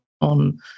on